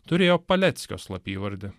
turėjo paleckio slapyvardį